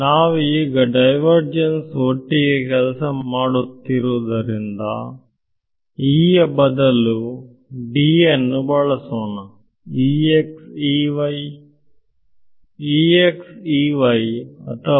ನಾವು ಈಗ divergence ಒಟ್ಟಿಗೆ ಕೆಲಸ ಮಾಡುತ್ತಿರುವುದರಿಂದ E ಯ ಬದಲು D ಅನ್ನು ಬಳಸೋಣ ವಿದ್ಯಾರ್ಥಿ